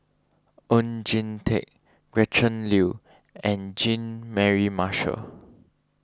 Oon Jin Teik Gretchen Liu and Jean Mary Marshall